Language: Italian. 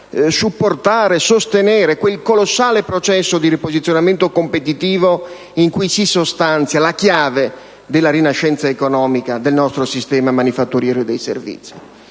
supportare e sostenere quel colossale processo di riposizionamento competitivo in cui si sostanza la chiave della rinascenza economica del nostro sistema manifatturiero e dei servizi.